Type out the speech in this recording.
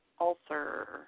ulcer